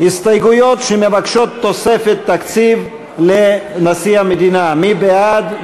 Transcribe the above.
הסתייגויות שמבקשות תוספת תקציב לנשיא המדינה לשנת 2015. מי בעד?